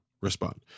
respond